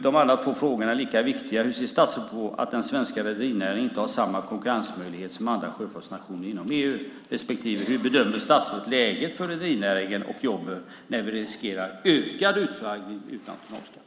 De andra två frågorna är lika viktiga. Hur ser statsrådet på att den svenska rederinäringen inte har samma konkurrensmöjligheter som andra sjöfartsnationer inom EU? Hur bedömer statsrådet läget för rederinäringen och jobben när vi riskerar ökad utflaggning utan tonnageskatt?